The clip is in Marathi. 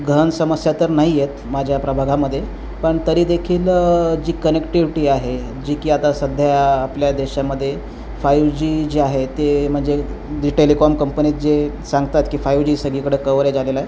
गहन समस्या तर नाही आहेत माझ्या प्रभागामध्ये पण तरी देखील जी कनेक्टिविटी आहे जी की आता सध्या आपल्या देशामध्ये फायव्ह जी जे आहे ते म्हणजे जे टेलकॉम कंपनीज जे सांगतात की फायव जी सगळीकडे कवरेज आलेला आहे